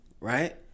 right